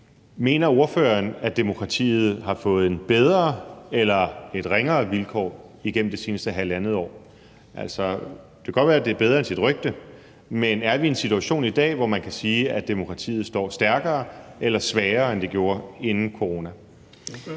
mener ordføreren, at demokratiet har fået bedre eller ringere vilkår igennem det seneste halvandet år? Altså, det kan godt være, at det er bedre end sit rygte, men er vi i en situation i dag, hvor man kan sige, at demokratiet står stærkere eller svagere, end det gjorde inden corona?